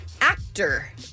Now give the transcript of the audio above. actor